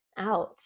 out